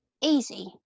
easy